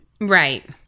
Right